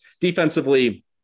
Defensively